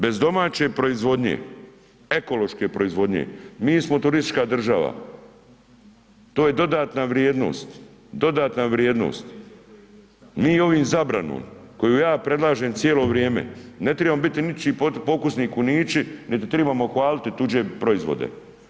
Bez domaće proizvodnje, ekološke proizvodnje mi smo turistička država to je dodatna vrijednost, dodatna vrijednost, mi ovim zabranom koju ja predlažem cijelo vrijeme ne tribamo biti ničiji pokusni kunići niti tribamo hvaliti tuđe proizvode.